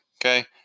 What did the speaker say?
Okay